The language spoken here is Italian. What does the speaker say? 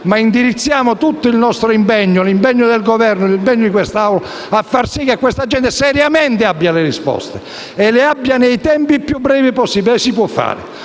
Indirizziamo tutto il nostro impegno, l'impegno del Governo e di quest'Assemblea a far sì che questa gente seriamente abbia le risposte e che le abbia nei tempi più brevi possibili. Si può fare: